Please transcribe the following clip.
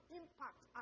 impact